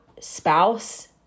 spouse